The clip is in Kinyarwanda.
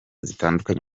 zitandatu